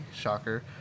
shocker